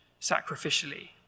sacrificially